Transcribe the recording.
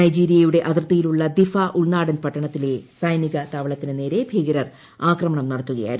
നൈജീരിയയുടെ അതിർത്തിയിലുള്ള ദ്ദീപ്പ് ഉൾനാടൻ പട്ടണത്തിലെ സൈനിക താവളത്തിന് നേരെ ഭ്രീകരർ ആക്രമണം നടത്തുകയായിരുന്നു